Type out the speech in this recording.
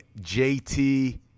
JT